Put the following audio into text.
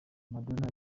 madonna